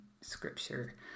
Scripture